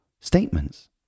statements